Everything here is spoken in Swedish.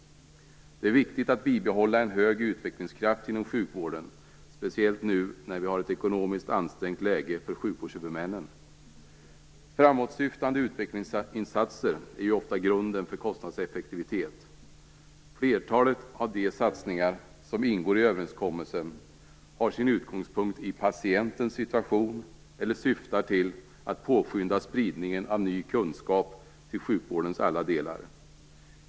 Det är viktigt att bibehålla en hög utvecklingskraft inom sjukvården, speciellt nu när vi har ett ekonomiskt ansträngt läge för sjukvårdshuvudmännen. Framåtsyftande utvecklingsinsatser är ofta grunden för kostnadseffektivitet. Flertalet av de satsningar som ingår i överenskommelsen har sin utgångspunkt i patientens situation eller syftar till att påskynda spridningen av ny kunskap till sjukvårdens alla delar.